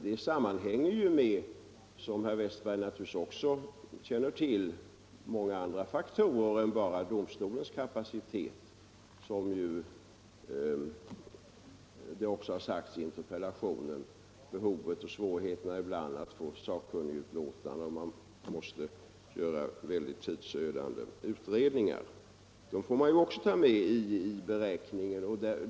De sammanhänger — som herr Westberg också känner till — med många andra faktorer än bara domstolens kapacitet, vilket ju också har anförts i interpellationen, nämligen behovet av och svårigheterna ibland att få sakkunnigutlåtanden, om mycket tidsödande utredningar måste göras. Sådana saker måste också tas med i beräkningen.